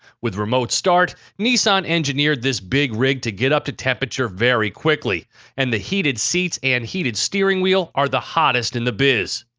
with remote start, nissan engineered this big rig to get up to temperature very quickly and the heated seats and steering wheel are the hottest in the biz.